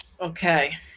Okay